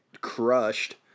crushed